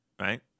right